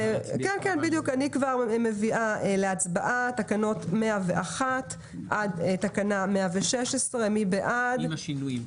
אני מביאה להצבעה אישור תקנות 101 עד 11 עם השינויים.